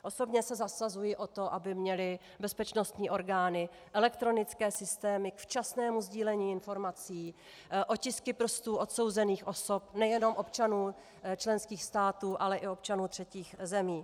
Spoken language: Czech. Osobně se zasazuji o to, aby měly bezpečností orgány elektronické systémy k včasnému sdílení informací, otisky prstů odsouzených osob, nejenom občanů členských států, ale i občanů třetích zemí.